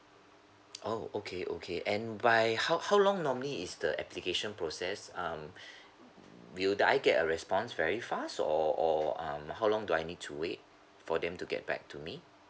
orh okay okay and by how how long normally is the application process um will I get a response very fast or or um how long do I need to wait for them to get back to me